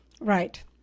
Right